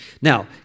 Now